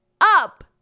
up